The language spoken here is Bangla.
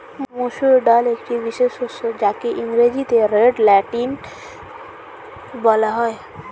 মুসুর ডাল একটি বিশেষ শস্য যাকে ইংরেজিতে রেড লেন্টিল বলা হয়